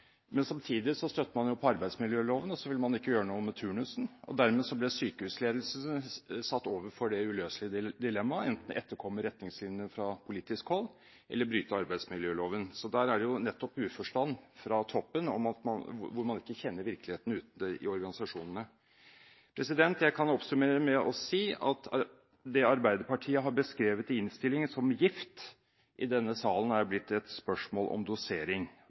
Samtidig støtte man på arbeidsmiljøloven, og så ville man ikke gjøre noe med turnusen. Dermed ble sykehusledelsen satt overfor det uløselige dilemmaet enten å etterkomme retningslinjene fra politisk hold eller å bryte arbeidsmiljøloven. Så der er det nettopp uforstand fra toppen, hvor man ikke kjenner virkeligheten ute i organisasjonene. Jeg kan oppsummere med å si at det Arbeiderpartiet har beskrevet i innstillingen som gift, i denne salen er blitt til et spørsmål om dosering.